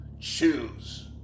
Choose